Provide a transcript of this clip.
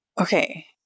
Okay